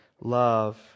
love